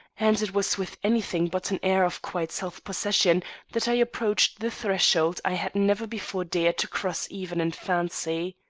and it was with anything but an air of quiet self-possession that i approached the threshold i had never before dared to cross even in fancy.